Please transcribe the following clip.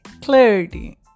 clarity